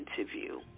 interview